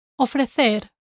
ofrecer